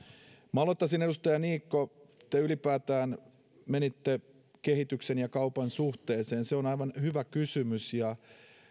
minä aloittaisin edustaja niikko siitä kun te ylipäätään menitte kehityksen ja kaupan suhteeseen se on aivan hyvä kysymys ja